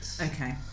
Okay